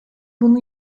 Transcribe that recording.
bunu